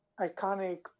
iconic